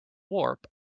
warp